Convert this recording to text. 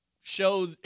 show